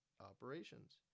operations